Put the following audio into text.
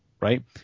right